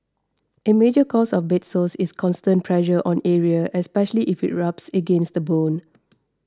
a major cause of bed sores is constant pressure on area especially if it rubs against the bone